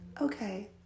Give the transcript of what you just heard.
okay